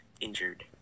injured